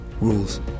rules